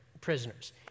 prisoners